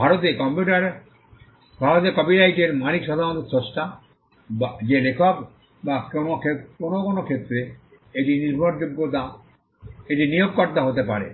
ভারতে কপিরাইটের মালিক সাধারণত স্রষ্টা যে লেখক বা কোনও কোনও ক্ষেত্রে এটি নিয়োগকর্তা হতে পারে